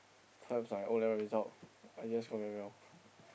times I O-level result I just score very well